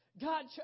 God